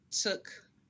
took